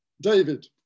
David